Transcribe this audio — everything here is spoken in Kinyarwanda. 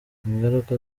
ingaruka